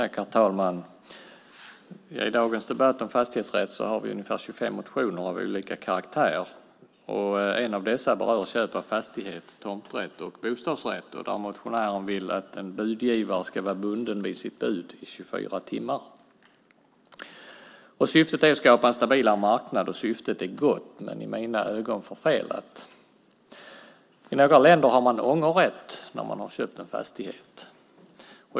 Herr talman! I dagens debatt om fastighetsrätt har vi ungefär 25 motioner av olika karaktär. En av dessa berör köp av fastighet, tomträtt och bostadsrätt. Där vill motionären att en budgivare ska vara bunden vid sitt bud i 24 timmar. Syftet är att skapa en stabilare marknad. Syftet är gott men i mina ögon förfelat. I några länder har man ångerrätt när man har köpt en fastighet.